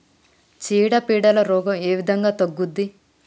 చీడ పీడల రోగం ఏ విధంగా తగ్గుద్ది?